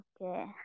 Okay